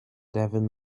devin